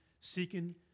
seeking